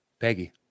Peggy